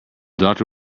doctor